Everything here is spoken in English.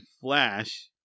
Flash